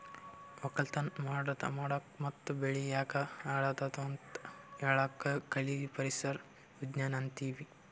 ವಕ್ಕಲತನ್ ಮಾಡಕ್ ಮತ್ತ್ ಬೆಳಿ ಯಾಕ್ ಹಾಳಾದತ್ ಅಂತ್ ಹೇಳಾಕ್ ಕಳಿ ಪರಿಸರ್ ವಿಜ್ಞಾನ್ ಅಂತೀವಿ